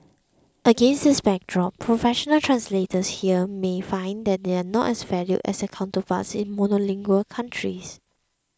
against this backdrop professional translators here may find that they are not as valued as their counterparts in monolingual countries